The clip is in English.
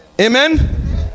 amen